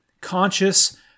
conscious